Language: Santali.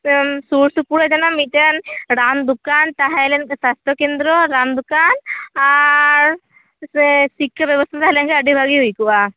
ᱥᱩᱨ ᱥᱩᱯᱩᱨ ᱡᱮᱱᱚ ᱢᱤᱫᱴᱮᱱ ᱨᱟᱱ ᱫᱚᱠᱟᱱ ᱛᱟᱦᱮ ᱞᱮᱱ ᱥᱟᱥᱛᱚ ᱠᱮᱱᱫᱨᱚ ᱨᱟᱱ ᱫᱚᱠᱟᱱ ᱟᱨ ᱥᱮ ᱥᱤᱠᱷᱟᱹ ᱵᱮᱵᱚᱥᱛᱟ ᱛᱟᱦᱮ ᱞᱮᱱᱠᱷᱟᱱ ᱟᱹᱰᱤ ᱵᱷᱟᱜᱤ ᱦᱩᱭ ᱠᱚᱜᱼᱟ